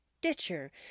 Ditcher